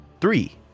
three